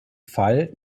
fall